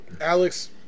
Alex